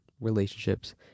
relationships